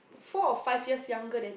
four or five years younger than